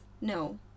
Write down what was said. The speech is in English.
No